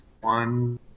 one